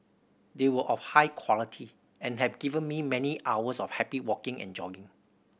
they were of high quality and have given me many hours of happy walking and jogging